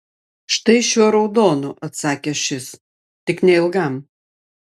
štai šiuo raudonu atsakė šis tik neilgam